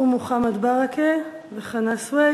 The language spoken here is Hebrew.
ומוחמד ברכה וחנא סוייד.